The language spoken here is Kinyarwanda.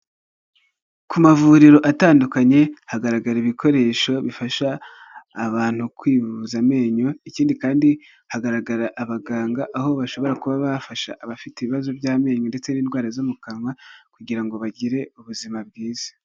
Ku mavuriro atandukanye, hagaragara ibikoresho bifasha abantu kwivuza amenyo, ikindi kandi hagaragara abaganga, aho bashobora kuba bafasha abafite ibibazo by'amenyo ndetse n'indwara zo mu kanwa kugira ngo bagire ubuzima bwiza.